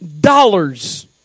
dollars